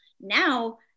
Now